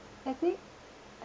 I think I